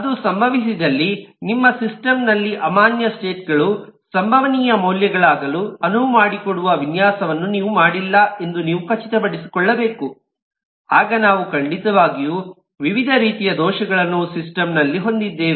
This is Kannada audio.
ಅದು ಸಂಭವಿಸಿದಲ್ಲಿ ನಿಮ್ಮ ಸಿಸ್ಟಂ ನಲ್ಲಿ ಅಮಾನ್ಯ ಸ್ಟೇಟ್ ಗಳು ಸಂಭವನೀಯ ಮೌಲ್ಯಗಳಾಗಲು ಅನುವು ಮಾಡಿಕೊಡುವ ವಿನ್ಯಾಸವನ್ನು ನೀವು ಮಾಡಿಲ್ಲ ಎಂದು ನೀವು ಖಚಿತಪಡಿಸಿಕೊಳ್ಳಬೇಕು ಆಗ ನಾವು ಖಂಡಿತವಾಗಿಯೂ ವಿವಿಧ ರೀತಿಯ ದೋಷಗಳನ್ನು ಸಿಸ್ಟಮ್ ನಲ್ಲಿ ಹೊಂದಿದ್ದೇವೆ